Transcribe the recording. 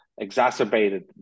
exacerbated